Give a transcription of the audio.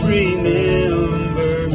remember